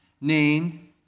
named